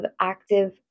active